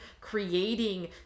creating